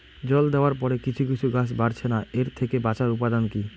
জল দেওয়ার পরে কিছু কিছু গাছ বাড়ছে না এর থেকে বাঁচার উপাদান কী?